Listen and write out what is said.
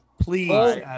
Please